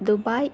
Dubai